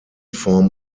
form